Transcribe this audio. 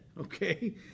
okay